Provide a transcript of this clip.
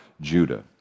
Judah